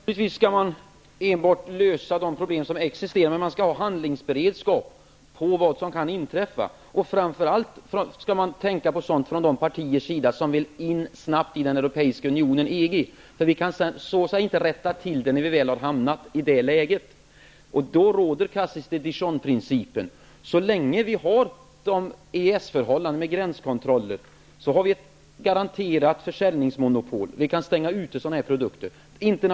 Fru talman! Man skall naturligtvis lösa bara de problem som existerar, men man skall ha handlingsberedskap för vad som kan inträffa. Man skall framför allt tänka på sådant från de partiers sida som snabbt vill in i den europeiska unionen EG. Vi kan inte rätta till det när vi har hamnat i det läget. Då råder Cassis de Dijon-principen. Så länge vi har EES-förhållande med gränskontroller har vi ett garanterat försäljningsmonopol. Vi kan stänga sådana här produkter ute.